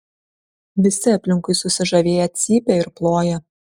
visi aplinkui susižavėję cypia ir ploja